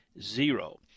zero